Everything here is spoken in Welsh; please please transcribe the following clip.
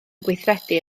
gweithredu